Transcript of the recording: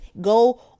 go